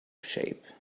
shape